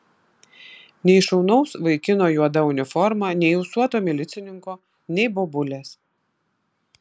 nei šaunaus vaikino juoda uniforma nei ūsuoto milicininko nei bobulės